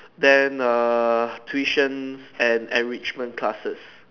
then err tuition and enrichment classes